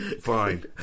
fine